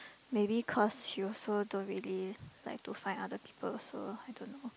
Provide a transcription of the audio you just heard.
maybe cause she also don't really like to find other people also I don't know